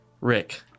rick